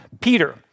Peter